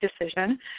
decision